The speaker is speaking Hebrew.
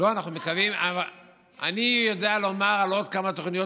אני יודע לומר על עוד כמה תוכניות,